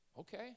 Okay